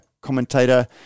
commentator